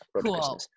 Cool